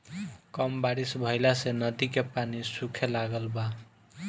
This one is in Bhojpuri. कम बारिश भईला से नदी के पानी सूखे लागल बा